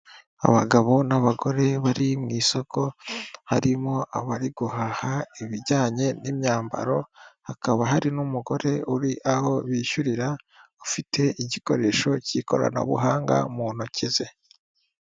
Abagabo n'abagore bari mw' isoko, harimo abari guhaha ibijyanye n'imyambaro. Hakaba hari n'umugore uri aho bishyurira, ufite igikoresho cy'ikoranabuhanga mu ntoki ze.